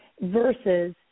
versus